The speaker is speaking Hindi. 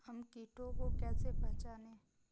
हम कीटों को कैसे पहचाने?